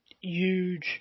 huge